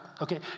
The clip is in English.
Okay